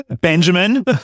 Benjamin